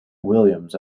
williams